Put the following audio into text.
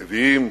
נביאים,